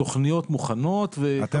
התוכניות מוכנות, והכל בתיאום.